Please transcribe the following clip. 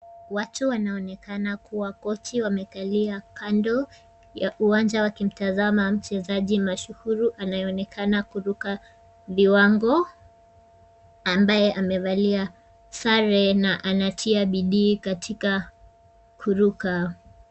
Watu wanaonekana kuwa koti wamekalia kando ya uwanja wa kimtazama mchezaji mashuhuru anayeonekana kuruka viwango, ambaye amevalia sare na anatia bidii katika kuruka.